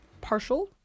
partial